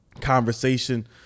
conversation